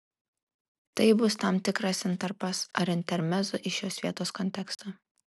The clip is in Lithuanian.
tai bus tam tikras intarpas ar intermezzo į šios vietos kontekstą